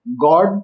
God